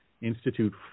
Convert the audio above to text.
Institute